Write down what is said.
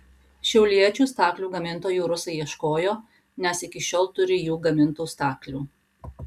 šiauliečių staklių gamintojų rusai ieškojo nes iki šiol turi jų gamintų staklių